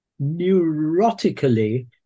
neurotically